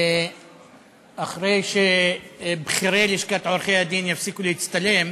אחרי שבכירי לשכת עורכי-הדין יפסיקו להצטלם,